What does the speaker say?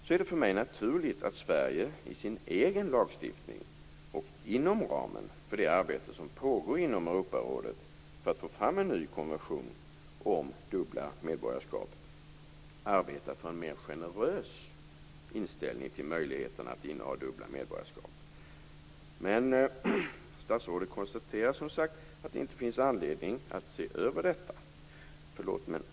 Det är då naturligt för mig att Sverige i sin egen lagstiftning och inom ramen för det arbete som pågår inom Europarådet för att få fram en ny konvention om dubbla medborgarskap arbetar för en mer generös inställning till möjligheten att inneha dubbla medborgarskap. Statsrådet konstaterar att det inte finns anledning att se över denna fråga.